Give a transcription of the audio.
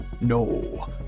No